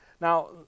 Now